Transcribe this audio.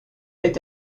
est